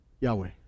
Yahweh